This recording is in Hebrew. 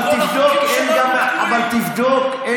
אבל תבדוק.